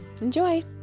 Enjoy